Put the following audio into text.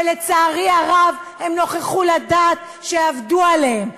ולצערי הרב הם נוכחו לדעת שעבדו עליהם,